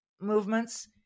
movements